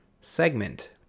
segment